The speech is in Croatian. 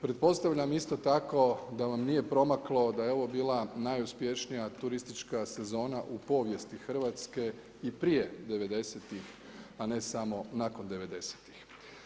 Pretpostavljam isto tako da vam nije promaklo da je ovo bila najuspješnija turistička sezona u povijesti Hrvatske i prije '90-tih a ne samo nakon '90-tih.